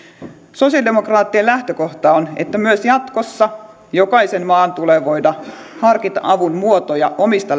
sosialidemokraattien lähtökohta on että myös jatkossa jokaisen maan tulee voida harkita avun muotoja omista